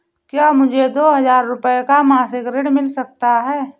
क्या मुझे दो हजार रूपए का मासिक ऋण मिल सकता है?